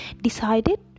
decided